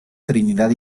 trinidad